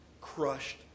crushed